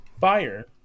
Fire